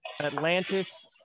Atlantis